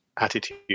attitude